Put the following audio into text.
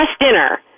dinner